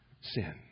sin